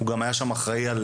הוא היה גם שם אחראי על